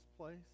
place